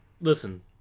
listen